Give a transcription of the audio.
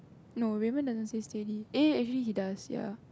no Raymond doesn't say steady eh actually he does ya